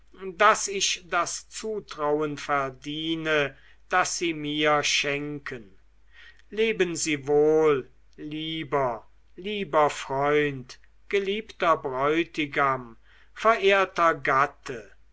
daß ich das zutrauen verdiene das sie mir schenken leben sie wohl lieber lieber freund geliebter bräutigam verehrter gatte